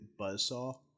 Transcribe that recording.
Buzzsaw